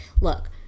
look